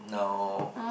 no